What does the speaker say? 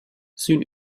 sün